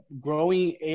growing